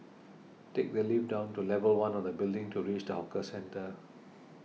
take the lift down to level one of the building to reach the hawker centre